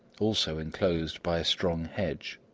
also enclosed by a strong hedge.